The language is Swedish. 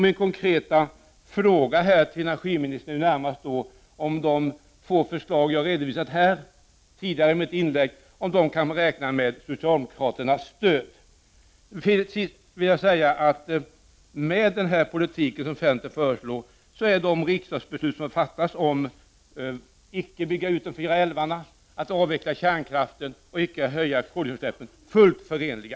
Min konkreta fråga till energiministern blir därför: Kan de förslag som jag här tidigare i mitt inlägg redogjort för räkna med socialdemokraternas stöd? Till sist vill jag säga att med den politik som centern förordar är de riksdagsbeslut som fattats om att icke bygga ut de orörda älvarna, avveckla kärnkraften och icke höja koldioxidutsläppen fullt förenliga.